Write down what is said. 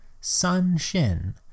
Sun-Shin